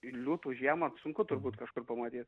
liūtų žiemą sunku turbūt kažkur pamatyt